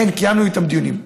לכן קיימנו איתם דיונים.